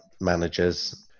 managers